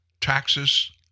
taxes